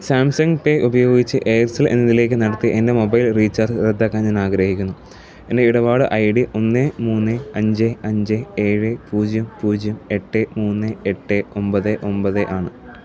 Samsung pay ഉപയോഗിച്ച് Aircel എന്നതിലേക്ക് നടത്തിയ എൻ്റെ മൊബൈൽ റീചാർജ് റദ്ദാക്കാൻ ഞാൻ ആഗ്രഹിക്കുന്നു എൻ്റെ ഇടപാട് ഐ ഡി ഒന്ന് മൂന്ന് അഞ്ച് അഞ്ച് ഏഴ് പൂജ്യം പൂജ്യം എട്ട് മൂന്ന് എട്ട് ഒമ്പത് ഒമ്പത് ആണ്